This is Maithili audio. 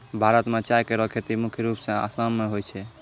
भारत म चाय केरो खेती मुख्य रूप सें आसाम मे होय छै